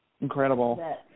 Incredible